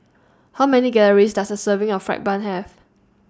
How Many Calories Does A Serving of Fried Bun Have